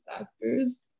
actors